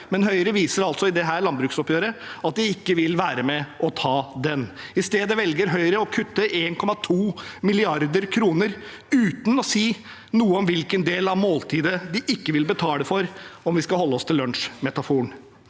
men Høyre viser i dette landbruksoppgjøret at de ikke vil være med og ta den. I stedet velger Høyre å kutte 1,2 mrd. kr uten å si noe om hvilken del av måltidet de ikke vil betale for – om vi skal holde oss til lunsjmetaforen.